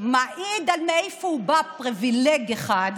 מעיד מאיפה הוא בא, פריבילג אחד.